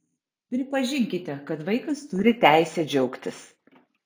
pripažinkite kad vaikas turi teisę džiaugtis